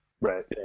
Right